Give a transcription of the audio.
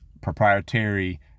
proprietary